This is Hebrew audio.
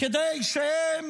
כדי שהם